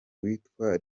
witwa